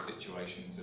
situations